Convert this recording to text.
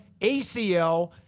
ACL